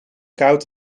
koud